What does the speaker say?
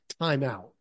timeout